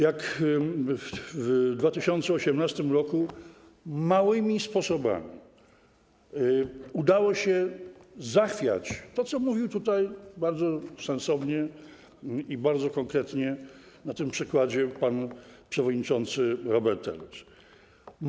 Jak w 2018 r. małymi sposobami udało się zachwiać, o czym mówił bardzo sensownie i bardzo konkretnie na tym przykładzie pan przewodniczący Robert Telus.